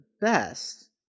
best